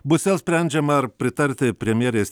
bus vėl sprendžiama ar pritarti premjerės